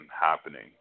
happening